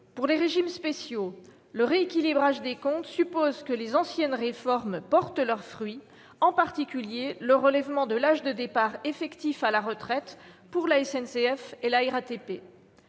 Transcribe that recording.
Pour les régimes spéciaux, le rééquilibrage des comptes suppose que les anciennes réformes portent leurs fruits, en particulier le relèvement de l'âge de départ effectif à la retraite, pour la SNCF et la RATP.